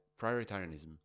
prioritarianism